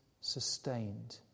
sustained